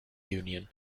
union